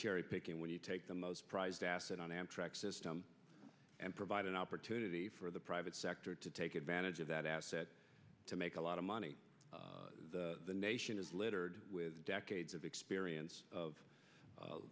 cherry picking when you take the most prized asset on amtrak system and provide an opportunity for the private sector to take advantage of that asset to make a lot of money the nation is littered with decades of experience of